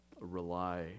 rely